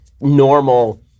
normal